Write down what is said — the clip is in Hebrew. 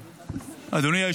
אדוני.